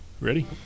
Ready